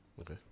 Okay